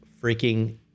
freaking